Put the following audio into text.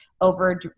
over